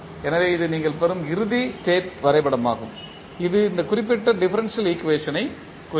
எனவே இது நீங்கள் பெறும் இறுதி ஸ்டேட் வரைபடமாகும் இது இந்த குறிப்பிட்ட டிஃபரன்ஷியல் ஈக்குவேஷன்க் குறிக்கும்